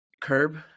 curb